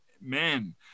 men